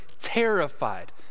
terrified